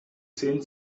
zehn